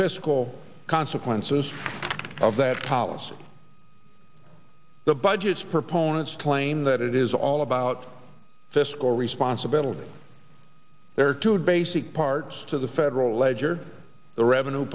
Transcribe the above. fiscal consequences of that policy the budgets proponents claim that it is all about fiscal responsibility there are two basic parts to the federal ledger the revenue